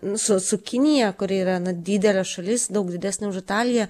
nu su su kinija kuri yra didelė šalis daug didesnė už italiją